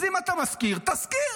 אז אם אתה מזכיר, תזכיר.